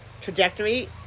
trajectory